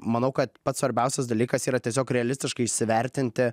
manau kad pats svarbiausias dalykas yra tiesiog realistiškai įsivertinti